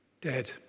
dead